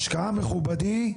מכובדי,